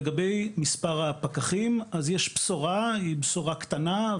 לגבי מספר הפקחים יש בשורה קטנה,